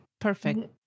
perfect